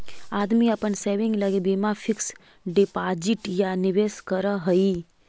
आदमी अपन सेविंग लगी बीमा फिक्स डिपाजिट या निवेश करऽ हई